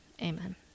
Amen